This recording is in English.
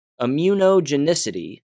Immunogenicity